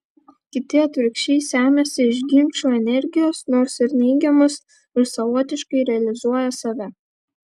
kiti atvirkščiai semiasi iš ginčų energijos nors ir neigiamos ir savotiškai realizuoja save